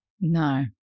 No